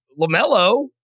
LaMelo